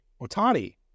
Otani